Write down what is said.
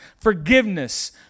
forgiveness